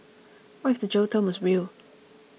what if the jail term was real